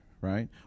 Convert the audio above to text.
right